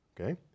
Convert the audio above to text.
Okay